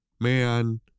man